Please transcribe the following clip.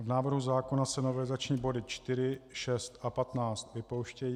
V návrhu zákona se novelizační body 4, 6 a 15 vypouštějí.